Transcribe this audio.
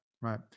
Right